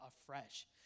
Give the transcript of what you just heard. afresh